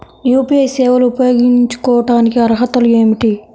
UPI సేవలు ఉపయోగించుకోటానికి అర్హతలు ఏమిటీ?